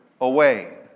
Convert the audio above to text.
away